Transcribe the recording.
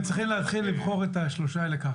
צריכים להתחיל לבחור את השלושה האלה כך.